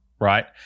right